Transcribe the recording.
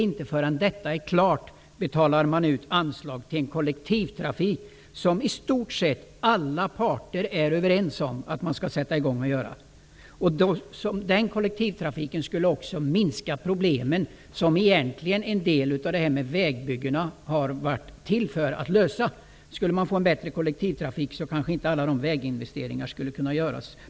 Inte förrän detta är klart betalar man ut anslag till en kollektivtrafik som i stort sett alla parter är överens om att man skall satsa på. Med den kollektivtrafiken skulle också problemen minska. En del av vägbyggena har egentligen varit till för att lösa problemen. Skulle man få en bättre kollektivtrafik kanske inte alla dessa väginvesteringar ens skulle behöva göras.